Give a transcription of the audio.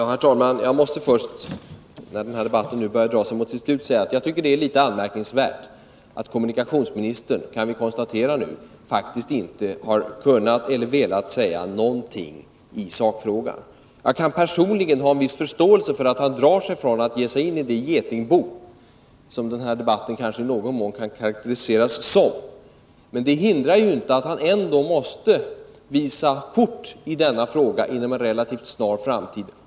Herr talman! Jag måste först, när den här debatten nu börjar dra sig mot sitt slut, säga att jag tycker att det är anmärkningsvärt att kommunikationsministern — enligt vad vi nu kan konstatera — faktiskt inte kunnat eller velat säga någonting i sakfrågan. Jag kan personligen ha en viss förståelse för att han drar sig för att ge sig in i det getingbo som den här debatten kanske i någon mån kan karakteriseras som. Det hindrar inte att kommunikationsministern ändå måste visa sina kort i denna fråga inom en relativt snar framtid.